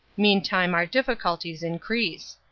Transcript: meantime our difficulties increase.